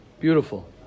Beautiful